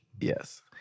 Yes